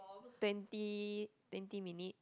twenty twenty minute